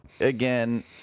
again